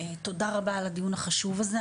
תודה רבה על הדיון החשוב הזה.